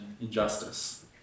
injustice